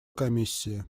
комиссия